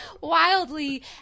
wildly